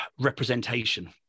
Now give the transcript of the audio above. representation